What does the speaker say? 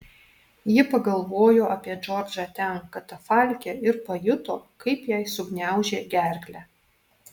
ji pagalvojo apie džordžą ten katafalke ir pajuto kaip jai sugniaužė gerklę